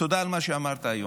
תודה על מה שאמרת היום.